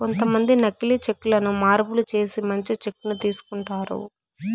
కొంతమంది నకీలి చెక్ లను మార్పులు చేసి మంచి చెక్ ను తీసుకుంటారు